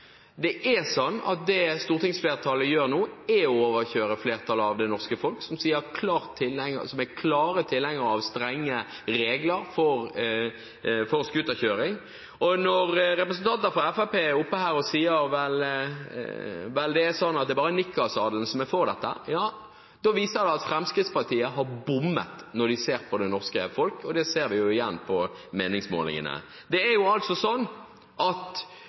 Det stortingsflertallet gjør nå, er å overkjøre flertallet av det norske folk, som er klare tilhengere av strenge regler for scooterkjøring. Når representanter for Fremskrittspartiet er oppe her og sier at det bare er nikkersadelen som er for dette, viser det at Fremskrittspartiet har bommet når de ser på det norske folk, og det ser vi jo igjen på meningsmålingene. Flertallet av befolkningen ønsker seg streng lovgivning for scooterkjøring. Det er